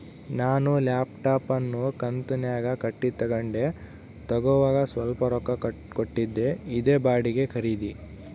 ನಾನು ಲ್ಯಾಪ್ಟಾಪ್ ಅನ್ನು ಕಂತುನ್ಯಾಗ ಕಟ್ಟಿ ತಗಂಡೆ, ತಗೋವಾಗ ಸ್ವಲ್ಪ ರೊಕ್ಕ ಕೊಟ್ಟಿದ್ದೆ, ಇದೇ ಬಾಡಿಗೆ ಖರೀದಿ